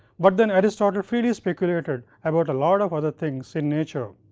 but then aristotle freely speculated about a lot of other things in nature.